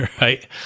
right